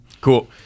Cool